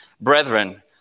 Brethren